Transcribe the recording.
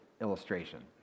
illustration